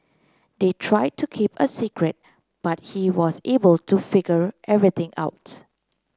they try to keep a secret but he was able to figure everything out